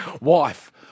wife